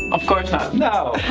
of course not. no!